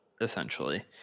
essentially